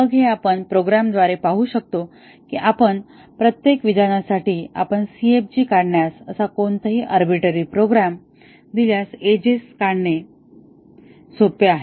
मग हे आपण प्रोग्रामद्वारे पाहू शकतो की प्रत्येक विधानासाठी आपण CFG काढण्यास असा कोणताही आर्बिट्ररी प्रोग्राम दिल्यास एजेस काढणे सोपे आहे